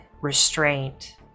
restraint